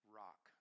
rock